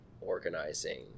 organizing